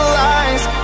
lies